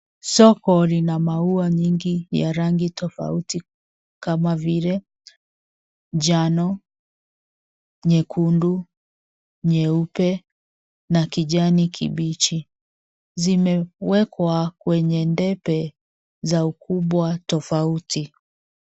Soko lina maua nyingi ya rangi tofauti kama vile njano, nyekundu, nyeupe na kijani kibichi. Zimewekwa kwenye debe za ukubwa tofauti.